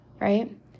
right